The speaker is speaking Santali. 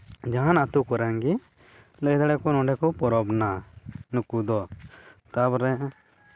ᱡᱟᱦᱟᱱ ᱟᱛᱳ ᱠᱚᱨᱮᱱᱜᱮ ᱞᱟᱹᱭ ᱫᱟᱲᱮᱭᱟᱜ ᱠᱚ ᱱᱚᱸᱰᱮ ᱠᱚ ᱯᱚᱨᱚᱵᱽ ᱮᱱᱟ ᱱᱩᱠᱩ ᱫᱚ ᱛᱟᱨᱯᱚᱨᱮ